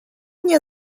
nie